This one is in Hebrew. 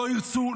לא ירצו,